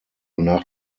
nach